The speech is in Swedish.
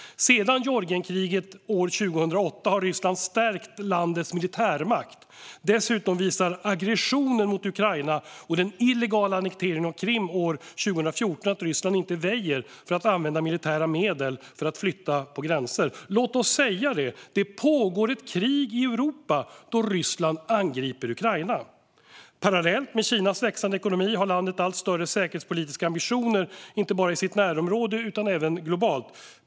Sedan Georgienkriget 2008 har Ryssland stärkt landets militärmakt. Dessutom visar aggressionen mot Ukraina och den illegala annekteringen av Krim 2014 att Ryssland inte väjer för att använda militära medel för att flytta gränser. Låt oss säga det: Det pågår ett krig i Europa då Ryssland angriper Ukraina. Parallellt med Kinas växande ekonomi har landet allt större säkerhetspolitiska ambitioner, inte bara i sitt närområde utan även globalt.